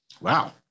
Wow